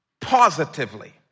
positively